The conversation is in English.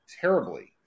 terribly